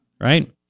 right